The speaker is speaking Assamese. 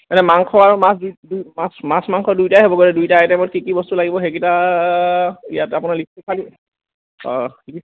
মানে মাংস আৰু মাছ মাছ মাংস দুইটাই হ'ব গ'লে দুইটা আইটেমত কি কি বস্তু লাগিব সেইকেইটা ইয়াত আপোনাৰ লিষ্টটো চালে